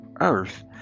earth